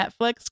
Netflix